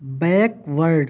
backward